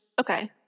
okay